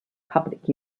public